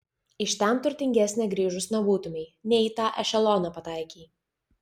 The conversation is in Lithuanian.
iš ten turtingesnė grįžus nebūtumei ne į tą ešeloną pataikei